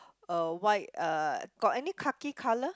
a white uh got any khakhi colour